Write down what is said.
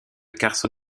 carson